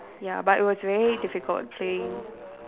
ya but it was very difficult playing